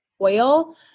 oil